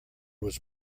was